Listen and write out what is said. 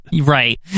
Right